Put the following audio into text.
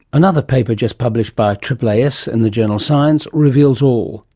another paper just published by aaas and the journal science reveals all.